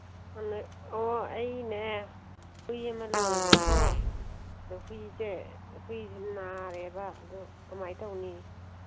ꯑꯣ ꯑꯩꯒꯤꯅꯦ ꯍꯨꯏ ꯑꯃ ꯂꯣꯏꯌꯦꯕꯀꯣ ꯑꯗꯣ ꯍꯨꯏꯁꯦ ꯍꯨꯏꯁꯦ ꯅꯥꯔꯦꯕ ꯑꯗꯨ ꯀꯃꯥꯏꯅ ꯇꯧꯅꯤ